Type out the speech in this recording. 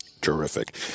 Terrific